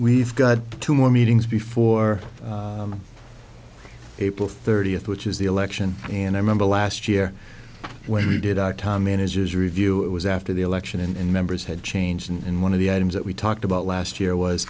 we've got two more meetings before april thirtieth which is the election and i remember last year when we did our tom manages review it was after the election and members had changed and one of the items that we talked about last year was